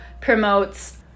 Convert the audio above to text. promotes